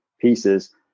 pieces